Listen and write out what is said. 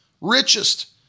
Richest